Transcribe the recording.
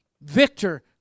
Victor